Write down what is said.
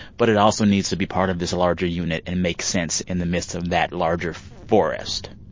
but it also needs to be part of this larger unit and make sense in the midst of that larger forest?